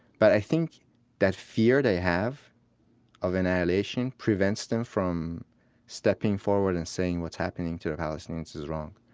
but i think that fear they have of annihilation prevents them from stepping forward and saying what's happening to palestinians is wrong.